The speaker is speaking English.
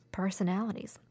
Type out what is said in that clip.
personalities